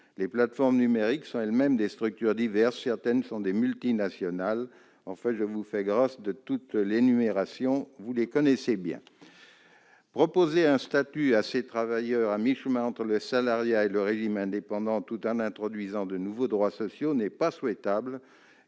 Les plateformes numériques sont elles-mêmes des structures diverses- certaines sont des multinationales ; je vous fais grâce des détails, car vous les connaissez. Proposer à ces travailleurs un statut à mi-chemin entre le salariat et le régime indépendant tout en introduisant de nouveaux droits sociaux n'est pas souhaitable